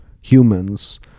humans